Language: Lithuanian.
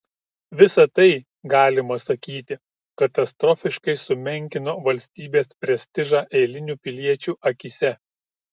visa tai galima sakyti katastrofiškai sumenkino valstybės prestižą eilinių piliečių akyse